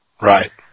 Right